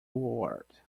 award